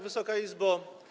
Wysoka Izbo!